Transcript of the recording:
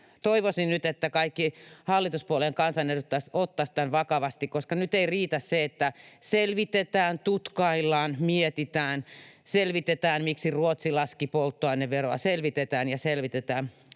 toivoisin nyt, että kaikki hallituspuolueiden kansanedustajat ottaisivat tämän vakavasti, koska nyt ei riitä, että selvitetään, tutkaillaan, mietitään, selvitetään, miksi Ruotsi laski polttoaineveroa, selvitetään ja selvitetään.